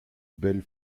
belle